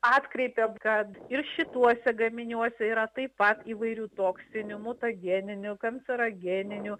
atkreipė kad ir šituose gaminiuose yra taip pat įvairių toksinių mutageninių kancerogeninių